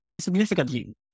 Significantly